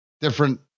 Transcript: different